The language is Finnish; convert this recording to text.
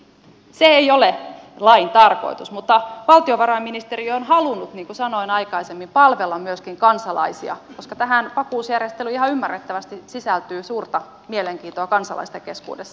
se ei ole lain tarkoitus mutta valtiovarainministeriö on halunnut niin kuin sanoin aikaisemmin palvella myöskin kansalaisia koska tähän vakuusjärjestelyyn ihan ymmärrettävästi sisältyy suurta mielenkiintoa kansalaisten keskuudessa